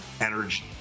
energy